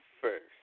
first